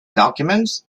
documents